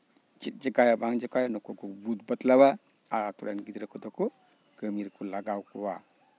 ᱪᱮᱫ ᱪᱤᱠᱟᱹ ᱦᱩᱭᱩᱜᱼᱟ ᱵᱟᱝ ᱪᱤᱠᱟᱹ ᱦᱩᱭᱩᱜᱼᱟ ᱚᱠᱟᱨᱮ ᱱᱩᱠᱩ ᱠᱚ ᱵᱩᱡ ᱵᱟᱛᱞᱟᱣᱟ ᱟᱨ ᱟᱹᱛᱩᱨᱮᱱ ᱜᱤᱫᱽᱨᱟᱹ ᱠᱚᱫᱚ ᱠᱟᱹᱢᱤ ᱨᱮᱫᱚ ᱞᱟᱜᱟᱣ ᱠᱚᱣᱟ